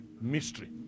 Mystery